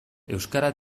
euskara